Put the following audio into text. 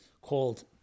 called